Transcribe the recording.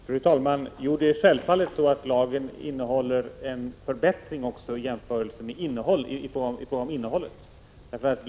Fru talman! Jo, självfallet innehåller lagen också en förbättring i fråga om innehållet.